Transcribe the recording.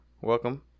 welcome